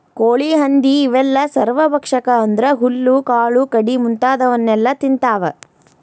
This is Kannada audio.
ಕೋಳಿ ಹಂದಿ ಇವೆಲ್ಲ ಸರ್ವಭಕ್ಷಕ ಅಂದ್ರ ಹುಲ್ಲು ಕಾಳು ಕಡಿ ಮುಂತಾದವನ್ನೆಲ ತಿಂತಾವ